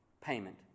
payment